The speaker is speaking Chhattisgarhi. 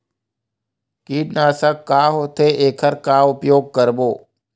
कीटनाशक का होथे एखर का उपयोग करबो?